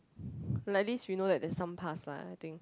like at least we know that there's some past lah I think